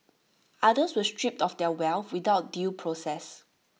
others were stripped of their wealth without due process